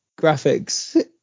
graphics